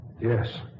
yes